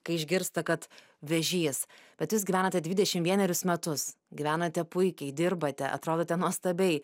kai išgirsta kad vėžys bet jūs gyvenate dvidešim vienerius metus gyvenate puikiai dirbate atrodote nuostabiai